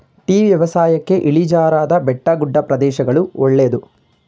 tea ವ್ಯವಸಾಯಕ್ಕೆ ಇಳಿಜಾರಾದ ಬೆಟ್ಟಗುಡ್ಡ ಪ್ರದೇಶಗಳು ಒಳ್ಳೆದು